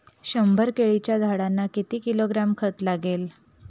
शंभर केळीच्या झाडांना किती किलोग्रॅम खत लागेल?